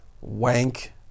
Wank